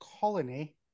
colony